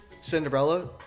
Cinderella